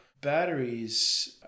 batteries